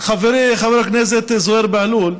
חברי חבר הכנסת זוהיר בהלול,